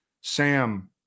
sam